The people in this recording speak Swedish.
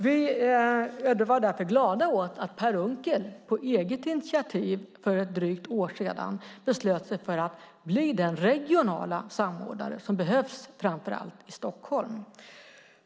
Vi var därför glada åt att Per Unckel på eget initiativ för ett drygt år sedan beslöt sig för att bli den regionala samordnare som behövs framför allt i Stockholm.